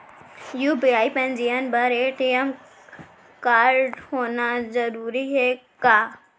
UPI पंजीयन बर ATM कारडहोना जरूरी हे का?